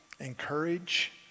encourage